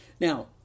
Now